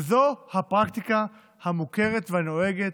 וזו הפרקטיקה המוכרת והנוהגת,